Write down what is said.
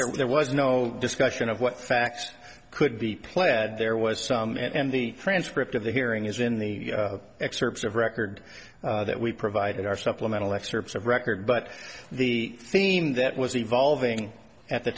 then there was no discussion of what facts could be pled there was some and the transcript of the hearing is in the excerpts of record that we provided are supplemental excerpts of record but the theme that was evolving at the